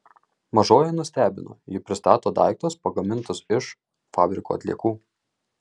mažoji nustebino ji pristato daiktus pagamintus iš fabriko atliekų